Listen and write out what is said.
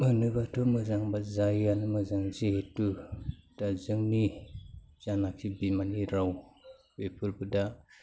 मोनोबाथ' मोजां बा जायोआनो मोजांसै जिहेथु दा जोंनि जानोखि बिमानि राव बेफोरखौ दा